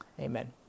amen